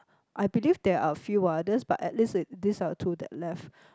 I believe there are few others but at least it these are the two that left